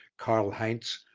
karl heinz,